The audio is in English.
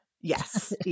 Yes